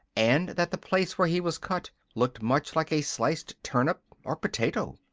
and that the place where he was cut looked much like a sliced turnip or potato.